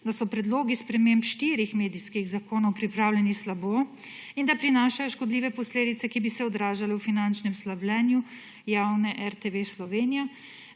da so predlogi sprememb štirih medijskih zakonov pripravljeni slabo in da prinašajo škodljive posledice, ki bi se odražale v finančnem slabljenju javne RTV Slovenija,